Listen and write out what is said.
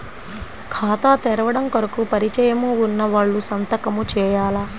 ఖాతా తెరవడం కొరకు పరిచయము వున్నవాళ్లు సంతకము చేయాలా?